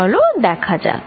চলো দেখা যাক